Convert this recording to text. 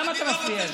למה אתה מפריע לי?